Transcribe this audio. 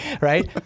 right